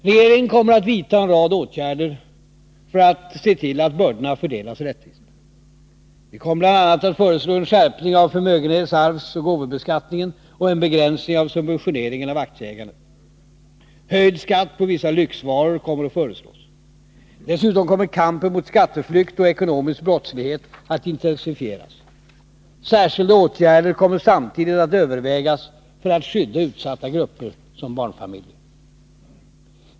Regeringen kommer att vidta en rad åtgärder för att se till att bördorna fördelas rättvist. Vi kommer bl.a. att föreslå en skärpning av förmögenhets-, arvsoch gåvobeskattningen och en begränsning av subventioneringen av aktieägandet. Höjd skatt på vissa lyxvaror kommer att föreslås. Dessutom kommer kampen mot skatteflykt och ekonomisk brottslighet att intensifieras. Särskilda åtgärder kommer samtidigt att övervägas för att skydda utsatta grupper som barnfamiljer.